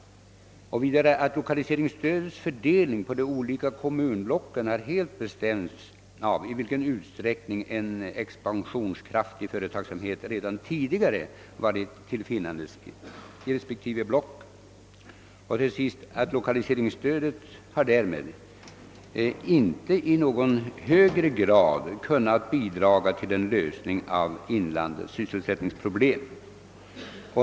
Lokaliseringsstödets fördelning på de olika kommunblocken har helt bestämts av i vilken utsträckning en expansionskraftig företagsamhet redan tidigare varit till finnandes i respektive block. Lokaliseringsstödet har därmed inte i någon högre grad nämnvärt kunnat bidra till en lösning av inlandets sysselsättningsproblem.